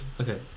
Okay